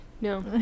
No